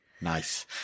nice